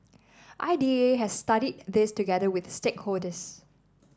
I D A has studied this together with stakeholders